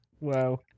Wow